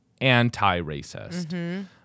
anti-racist